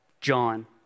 John